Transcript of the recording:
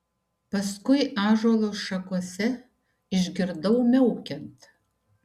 paskui ąžuolo šakose išgirdau miaukiant